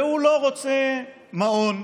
והוא לא רוצה מעון,